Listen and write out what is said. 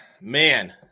Man